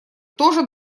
тоже